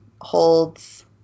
holds